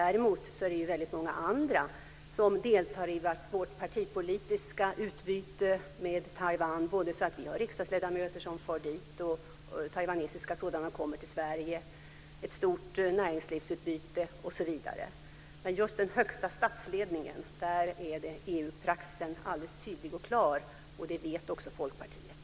Däremot är det väldigt många som deltar i vårt partipolitiska utbyte med Taiwan, både riksdagsledamöter härifrån som far dit och taiwanesiska sådana som kommer till Sverige. Vi har också ett stort näringslivsutbyte osv. Men just när det gäller den högsta statsledningen är EU-praxisen alldeles tydlig och klar, och det vet också Folkpartiet.